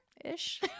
ish